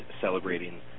celebrating